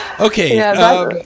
Okay